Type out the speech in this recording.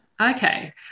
Okay